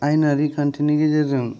आयेनारि खान्थिनि गेजेरजों